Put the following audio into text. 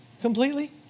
completely